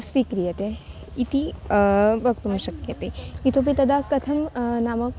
स्वीक्रियते इति वक्तुं शक्यते इतोऽपि तदा कथं नाम